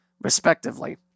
respectively